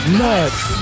nuts